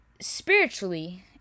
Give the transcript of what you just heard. spiritually